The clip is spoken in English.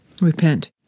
Repent